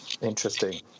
Interesting